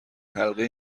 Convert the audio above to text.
حلقه